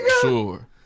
Sure